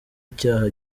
icyaha